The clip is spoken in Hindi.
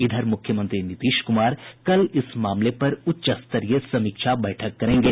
इधर मुख्यमंत्री नीतीश कुमार कल इस मामले पर उच्च स्तरीय समीक्षा बैठक करेंगे